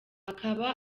akaba